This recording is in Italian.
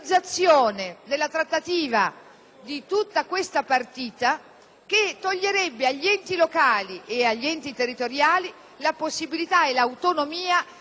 che toglierebbe agli enti locali e agli enti territoriali la possibilità e l'autonomia di rinegoziare oggi le loro posizioni